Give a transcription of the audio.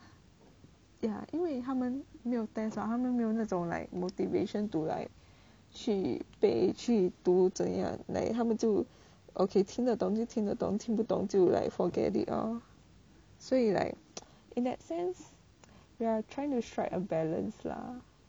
ya 因为他们没有 test 没有那种 like motivation to like 去背去读怎样 like 他们就 okay 听得懂就听得懂听不懂就 like forget it lor in that sense they are trying to strike a balance lah